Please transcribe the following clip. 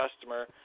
customer